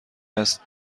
است